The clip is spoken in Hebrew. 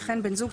וכן בן זוג,